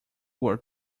were